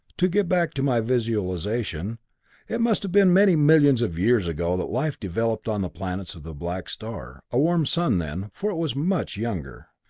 to get back to my visualization it must have been many millions of years ago that life developed on the planets of the black star, a warm sun then, for it was much younger.